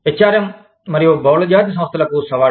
H R M మరియు బహుళజాతి సంస్థలకు సవాళ్లు